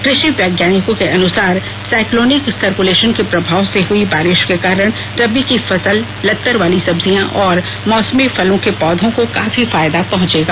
कृषि विज्ञानियों के अनुसार साइकलोनिक सर्कुलेशन के प्रभाव से हुई बारिश के कारण रबी की फसल लत्तरवाली सब्जियां और मौसमी फलों के पौधों को काफी फायदा पहुंचेगा